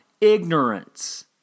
ignorance